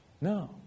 No